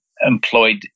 employed